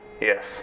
yes